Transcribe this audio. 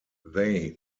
they